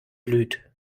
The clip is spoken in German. blüht